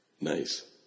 Nice